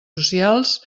socials